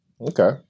Okay